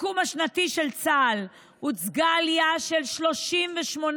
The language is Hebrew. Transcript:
בסיכום השנתי של צה"ל הוצגה עלייה של 38%